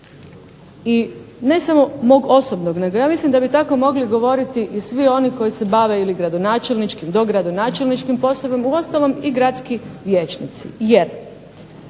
i ne samo mog osobnog nego ja mislim da bi tamo mogli govoriti i svi oni koji se bave ili gradonačelničkim, dogradonačelničkim poslovima, uostalom i gradski vijećnici